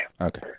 Okay